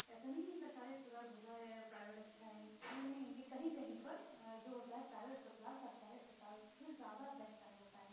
ایسا نہیں ہے سرکاری اسپتال برا ہے اور پرائیوٹ اچھا ہے یہ نہیں کہ کہیں کہیں پر جو ہوتا ہے پرائیوٹ اسپتال سرکاری اسپتال سے زیادہ بہتر ہوتا ہے